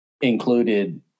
included